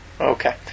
Okay